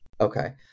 Okay